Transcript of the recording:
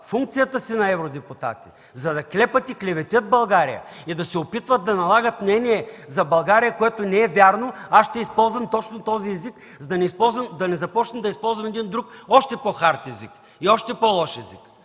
функцията си на евродепутати, за да клепат и клеветят България и да се опитват да налагат мнение за България, което не е вярно, аз ще използвам точно този език, за да не започна да използвам един друг още по-хард и още по-лош език.